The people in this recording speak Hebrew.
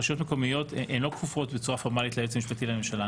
רשויות מקומיות הן לא כפופות בצורה פורמלית ליועץ המשפטי לממשלה.